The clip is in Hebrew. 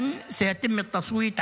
מחר תהיה עליה